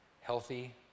Healthy